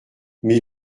mais